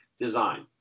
design